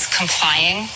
complying